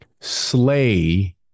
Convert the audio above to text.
slay